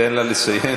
תן לה לסיים בבקשה.